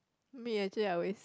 me actually I always